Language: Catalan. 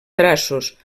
traços